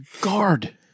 guard